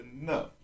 enough